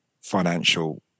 financial